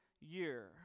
year